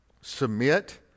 submit